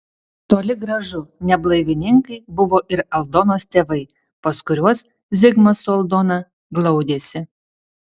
toli gražu ne blaivininkai buvo ir aldonos tėvai pas kuriuos zigmas su aldona glaudėsi